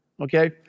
Okay